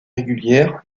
régulières